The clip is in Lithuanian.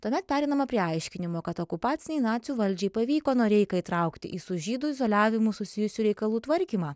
tuomet pereinama prie aiškinimo kad okupacinei nacių valdžiai pavyko noreiką įtraukti į su žydų izoliavimu susijusių reikalų tvarkymą